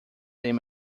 than